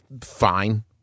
fine